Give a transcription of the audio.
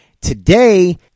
Today